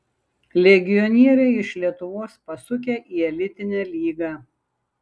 legionieriai iš lietuvos pasukę į elitinę lygą